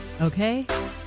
Okay